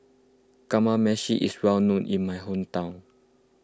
Kamameshi is well known in my hometown